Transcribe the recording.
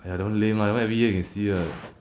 !aiya! don't lame lah that one every year can see ah